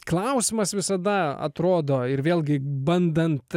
klausimas visada atrodo ir vėlgi bandant